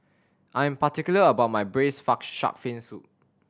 I am particular about my braised shark fin soup